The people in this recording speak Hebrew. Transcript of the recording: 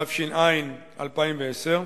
התשע"א 2010,